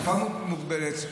לתקופה מוגבלת.